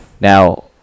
Now